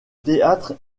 théâtre